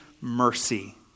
mercy